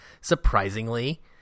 surprisingly